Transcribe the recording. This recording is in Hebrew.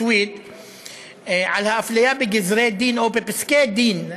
על הפליה בגזרי-דין או בפסקי-דין,